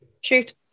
Shoot